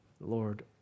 Lord